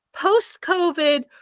Post-COVID